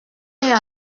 est